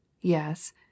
Yes